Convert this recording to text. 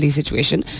situation